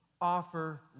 offer